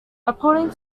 according